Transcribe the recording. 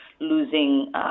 losing